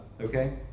okay